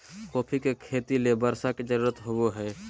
coffee के खेती ले बर्षा के जरुरत होबो हइ